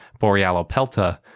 Borealopelta